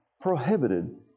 prohibited